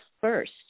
first